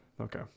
Okay